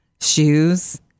shoes